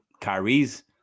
Kyrie's